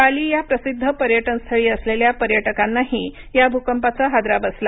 बाली या प्रसिद्ध पर्यटनस्थळी आलेल्या पर्यटकांनाही या भूकंपाचा हादरा बसला